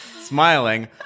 Smiling